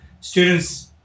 students